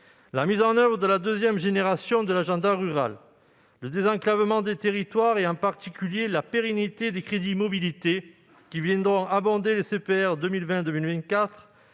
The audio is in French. La mise en oeuvre de la deuxième génération de l'agenda rural, le désenclavement des territoires et, en particulier, la pérennité des crédits mobilité qui viendront abonder les CPER pour